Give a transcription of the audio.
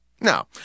Now